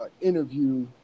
interview